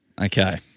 Okay